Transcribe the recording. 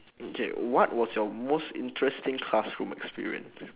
okay what was your most interesting classroom experience